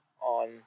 on